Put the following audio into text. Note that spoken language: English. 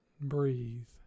Breathe